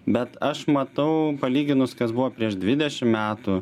bet aš matau palyginus kas buvo prieš dvidešim metų